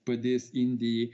padės indijai